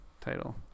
title